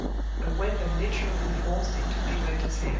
a weapon literally forced into midwinter's hands.